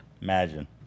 Imagine